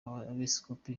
y’abepiskopi